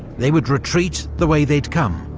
they would retreat the way they'd come,